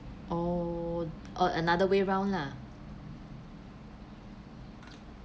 oh or another way round lah